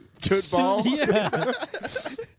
Tootball